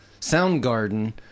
Soundgarden